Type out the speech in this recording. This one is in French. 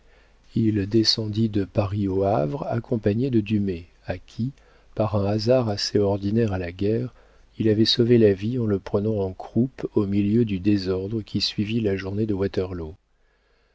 il descendit de paris au havre accompagné de dumay à qui par un hasard assez ordinaire à la guerre il avait sauvé la vie en le prenant en croupe au milieu du désordre qui suivit la journée de waterloo